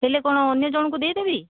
ହେଲେ କ'ଣ ଅନ୍ୟ ଜଣଙ୍କୁ ଦେଇ ଦେବି